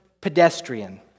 pedestrian